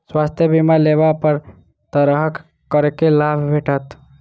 स्वास्थ्य बीमा लेबा पर केँ तरहक करके लाभ भेटत?